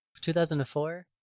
2004